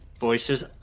Voices